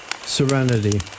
Serenity